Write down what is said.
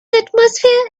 atmosphere